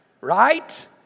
right